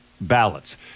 ballots